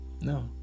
No